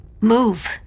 Move